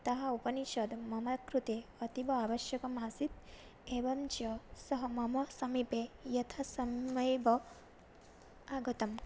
ताः उपनिषद् मम कृते अतीव आवश्यकम् आसीत् एवं च सः मम समीपे यथासमयमेव आगतम्